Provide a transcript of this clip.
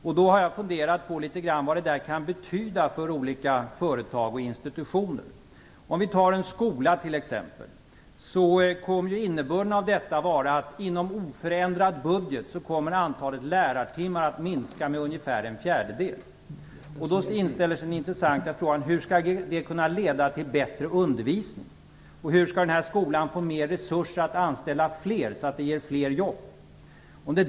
Jag har funderat litet över vad det kan betyda för olika företag och institutioner. För en skola blir innebörden t.ex. att inom ramen för oförändrad budget kommer antalet lärartimmar att minska med ungefär en fjärdedel. Då inställer sig den intressanta frågan hur det skall kunna leda till bättre undervisning. Hur skall den här skolan få mer resurser för att kunna anställa och skapa fler jobb?